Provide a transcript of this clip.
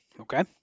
okay